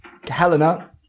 Helena